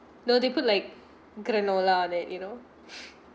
no they put like granola that you know